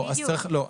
לא,